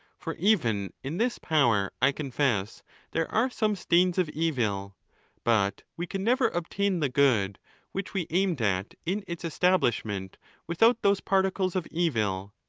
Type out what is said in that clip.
for even in this power, i confess there are some stains of evil but we can never obtain the good which we aimed at in its establishment without those particles of evil.